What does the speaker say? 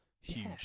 Huge